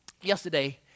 yesterday